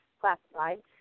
classified